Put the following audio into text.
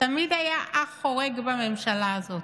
תמיד היה אח חורג בממשלה הזאת,